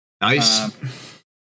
Nice